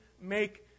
make